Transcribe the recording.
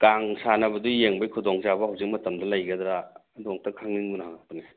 ꯀꯥꯡ ꯁꯥꯟꯅꯕꯗꯨ ꯌꯦꯡꯕꯩ ꯈꯨꯗꯣꯡꯆꯥꯕ ꯍꯧꯖꯤꯛ ꯃꯇꯝꯗ ꯂꯩꯒꯗ꯭ꯔꯥ ꯑꯗꯨ ꯑꯝꯇ ꯈꯪꯅꯤꯡꯗꯨꯅ ꯍꯪꯉꯛꯄꯅꯦ